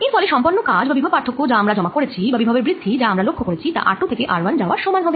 এর ফলে সম্পন্ন কাজ বা বিভব পার্থক্য যা আমরা জমা করেছি বা বিভবের বৃদ্ধি যা আমরা লক্ষ্য করেছি তা r2 থেকে r1 যাওয়ার সমান হবে